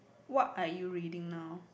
what are you reading now